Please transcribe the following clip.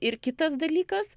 ir kitas dalykas